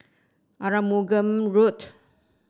Arumugam Road